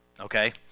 okay